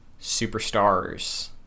Superstars